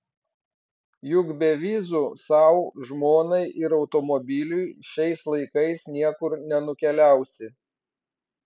juk be vizų sau žmonai ir automobiliui šiais laikais niekur nenukeliausi